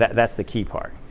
that's the key part.